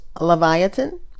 leviathan